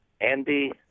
Andy